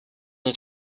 nie